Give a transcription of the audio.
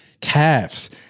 calves